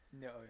No